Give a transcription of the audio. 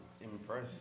impressed